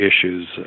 issues